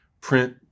print